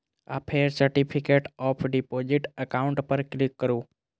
आ फेर certificate of deposit account पर क्लिक करू